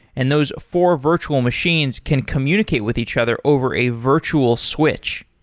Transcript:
and those four virtual machines can communicate with each other over a virtual switch.